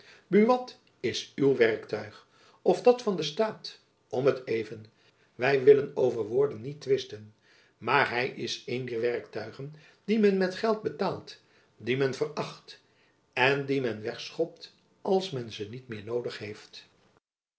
buat is uw werktuig of dat van den staat om t even wy willen over woorden niet twisten maar hy is een dier werktuigen die men met geld betaalt die men veracht en die men wegschopt als men ze niet meer noodig heeft